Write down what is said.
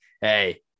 hey